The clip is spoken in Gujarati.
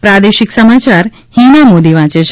પ્રાદેશિક સમાચાર હિના મોદી વાંચે છે